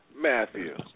Matthew